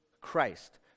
Christ